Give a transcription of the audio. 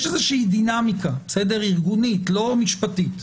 יש איזושהי דינמיקה ארגונית, לא משפטית.